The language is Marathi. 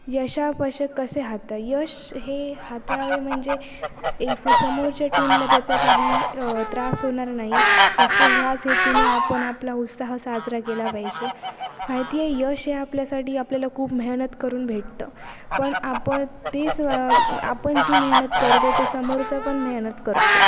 यशापयश कसे हाता यश हे हाताळावे म्हणजे ए पुढं समोरच्या टीमला त्याचा काही त्रास होणार नाही असे ह्याच हेतूने आपण आपला उत्साह साजरा केला पाहिजे माहिती आहे यश हे आपल्यासाठी आपल्याला खूप मेहनत करून भेटतं पण आपल ते जर आपण जी मेहनत करतो तो समोरचा पण मेहनत करतो